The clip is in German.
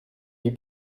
die